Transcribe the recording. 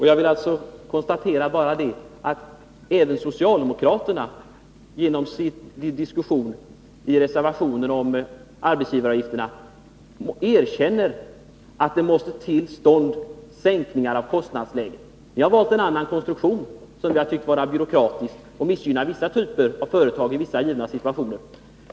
Jag vill bara konstatera att även socialdemokraterna genom sin diskussion i reservationen om arbetsgivaravgifterna erkänner att det måste till sänkningar av kostnadsläget. Ni har valt en konstruktion, som vi tycker är byråkratisk och missgynnar vissa grupper av företag i en del situationer.